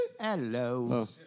Hello